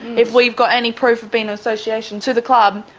if we've got any proof of being in association to the club,